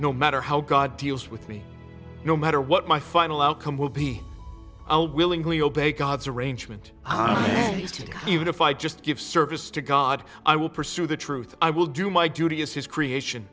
no matter how god deals with me no matter what my final outcome will be i'll willingly obey god's arrangement on used even if i just give service to god i will pursue the truth i will do my duty as his creation